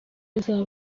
bizaba